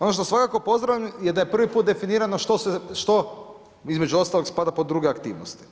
Ono što svakako pozdravljam je da je prvi put definirano što između ostalog, spada pod druge aktivnosti.